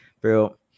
Pero